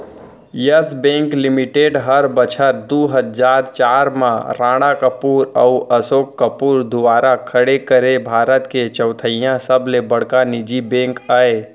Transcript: yes Bank Limited हर बछर दू हजार चार म राणा कपूर अउ असोक कपूर दुवारा खड़े करे भारत के चैथइया सबले बड़का निजी बेंक अय